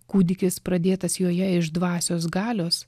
kūdikis pradėtas joje iš dvasios galios